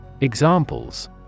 Examples